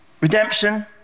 Redemption